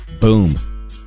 Boom